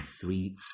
three